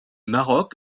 maroc